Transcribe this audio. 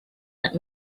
let